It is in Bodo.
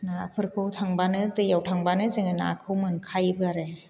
नाफोरखौ थांबानो दैयाव थांबानो जोङो नाखौ मोनखायोबो आरो